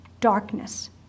darkness